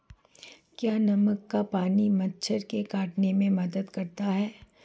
क्या नमक का पानी मच्छर के काटने में मदद करता है?